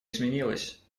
изменилось